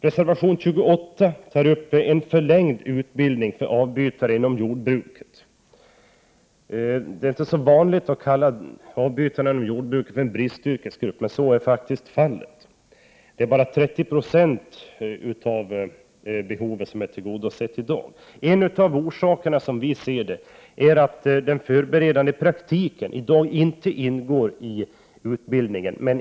Reservation 28 tar upp en förlängd utbildning för avbytare inom jordbruket. Det är inte så vanligt att kalla avbytaryrket inom jordbruket för bristyrke, men så är faktiskt fallet. Bara 30 90 av behovet är tillgodosett i dag. En orsak, som vi ser det, är att den förberedande praktiken i dag inte ingår i utbildningen.